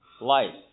life